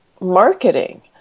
marketing